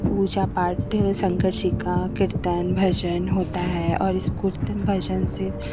पूजा पाठ शंकर जी का कीर्तन भजन होता है और इस कीर्तन भजन से